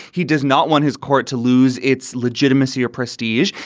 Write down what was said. he does not want his court to lose its legitimacy or prestige.